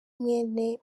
mwene